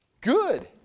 Good